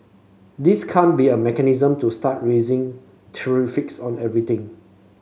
this can't be a mechanism to start raising tariffs on everything